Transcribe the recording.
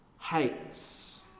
hates